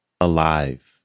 alive